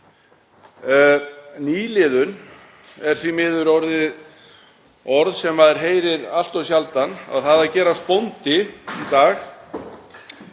Nýliðun er því miður orðin orð sem maður heyrir allt of sjaldan. Það að gerast bóndi í dag